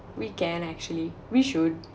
we can actually we should